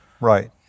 Right